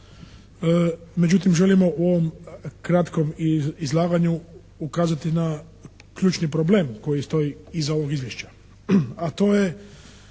međutim želimo u ovom kratkom izlaganju ukazati na ključni problem koji stoji iza ovog Izvješća, a to je